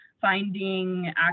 finding